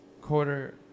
Quarter